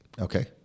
okay